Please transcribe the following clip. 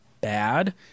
bad